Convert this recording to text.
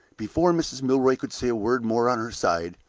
before mrs. milroy could say a word more on her side,